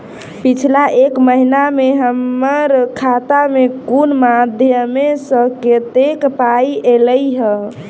पिछला एक महीना मे हम्मर खाता मे कुन मध्यमे सऽ कत्तेक पाई ऐलई ह?